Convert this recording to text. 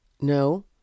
No